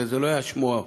הרי זה לא היה שמו המקורי.